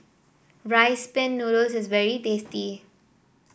Rice Pin Noodles is very tasty